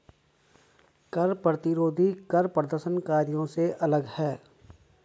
कर प्रतिरोधी कर प्रदर्शनकारियों से अलग हैं